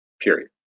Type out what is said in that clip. period